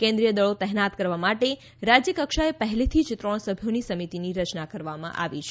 કેન્દ્રીય દળો તહેનાત કરવા માટે રાજ્ય કક્ષાએ પહેલેથી જ ત્રણ સભ્યોની સમિતિની રચના કરવામાં આવી છે